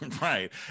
Right